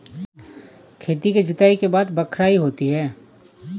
खेती की जुताई के बाद बख्राई होती हैं?